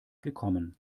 gekommen